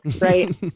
right